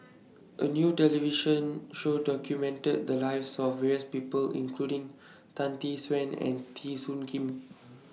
A New television Show documented The Lives of various People including Tan Tee Suan and Teo Soon Kim